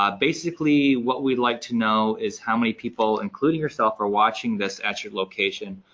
um basically what we'd like to know is how many people including yourself are watching this at your location.